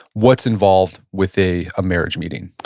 what's involved with a ah marriage meeting?